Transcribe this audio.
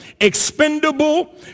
expendable